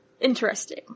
interesting